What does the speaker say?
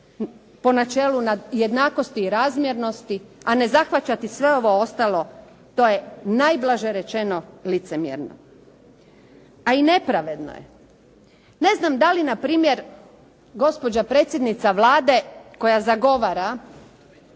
po načelu jednakosti i razmjernosti, a ne zahvaćati sve ovo ostalo, to je najblaže rečeno licemjerno, a i nepravedno je. Ne znam da li npr. gospođa predsjednica Vlade koja zagovara